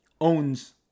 owns